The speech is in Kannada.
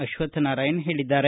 ಅಶ್ವತ್ವನಾರಾಯಣ ಹೇಳಿದ್ದಾರೆ